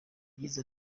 yagize